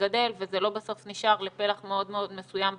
וגדל וזה לא בסוף נשאר לפלח מאוד מאוד מסוים באוכלוסייה.